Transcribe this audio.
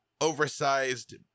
oversized